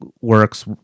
works